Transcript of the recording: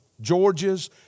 Georges